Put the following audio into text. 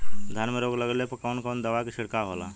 धान में रोग लगले पर कवन कवन दवा के छिड़काव होला?